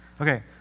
Okay